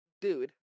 dude